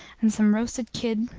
and some roasted kid,